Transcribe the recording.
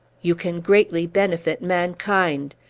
you can greatly benefit mankind.